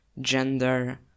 gender